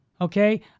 okay